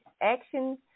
action